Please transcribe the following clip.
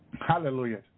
Hallelujah